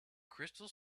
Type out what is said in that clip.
crystal